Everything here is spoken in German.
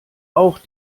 auch